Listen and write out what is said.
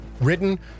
written